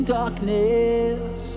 darkness